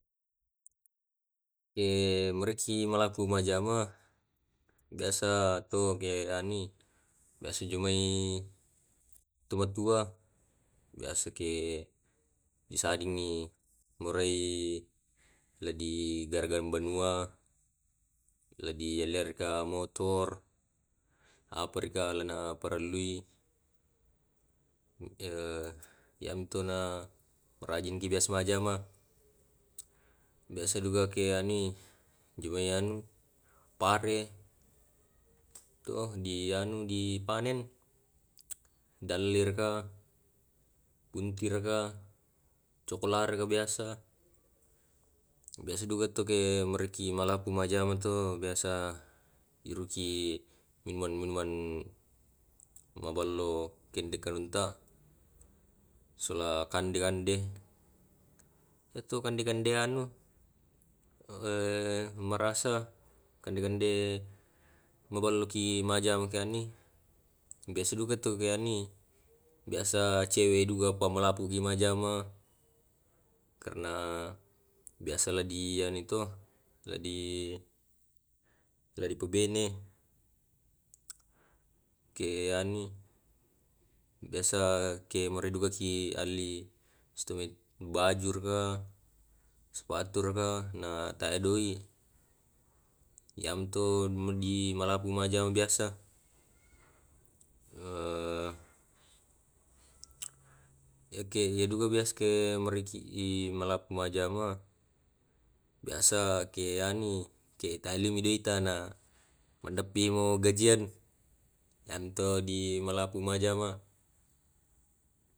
Iya malapu ma jama wai mabusa di iru mane ku mande secukupnya iya duka to di iya duka ali na porai sepupu ta anak ta kah jang malappu majama di tiro kondisi keluarga ta tae ki duka te wale tampang di tiro patamai ballo tenna sompa tenna tampang di jamma tapi ballo.